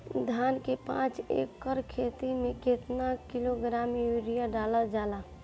धान के पाँच एकड़ खेती में केतना किलोग्राम यूरिया डालल जाला?